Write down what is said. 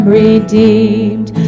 redeemed